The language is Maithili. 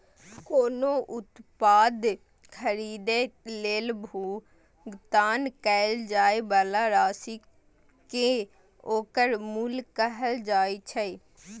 कोनो उत्पाद खरीदै लेल भुगतान कैल जाइ बला राशि कें ओकर मूल्य कहल जाइ छै